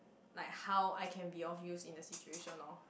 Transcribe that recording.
like how I can be of use in the situation lor